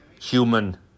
human